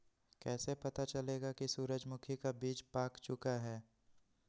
कैसे पता चलेगा की सूरजमुखी का बिज पाक चूका है?